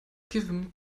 given